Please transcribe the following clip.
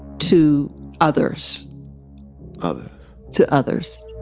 to others others to others